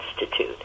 Institute